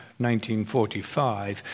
1945